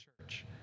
church